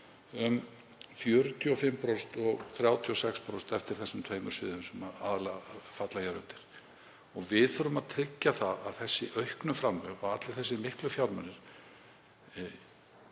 45% og 36% eftir þessum tveimur sviðum sem aðallega falla hér undir. Við þurfum að tryggja að þessi auknu framlög og allir þessir miklu fjármunir